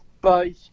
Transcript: Bye